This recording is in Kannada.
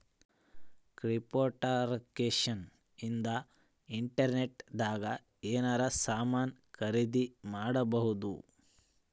ಕ್ರಿಪ್ಟೋಕರೆನ್ಸಿ ಇಂದ ಇಂಟರ್ನೆಟ್ ದಾಗ ಎನಾರ ಸಾಮನ್ ಖರೀದಿ ಮಾಡ್ಬೊದು